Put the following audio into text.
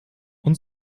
und